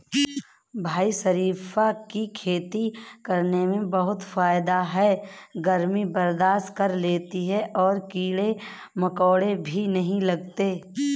भाई शरीफा की खेती करने में बहुत फायदा है गर्मी बर्दाश्त कर लेती है और कीड़े मकोड़े भी नहीं लगते